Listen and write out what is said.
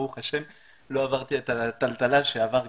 ברוך השם לא עברתי את הטלטלה שעבר גיסי.